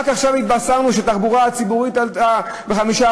הזה, אבל הנקודה הזאת בזמן חייבת להגיע.